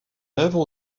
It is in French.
œuvre